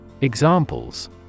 Examples